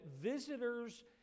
visitors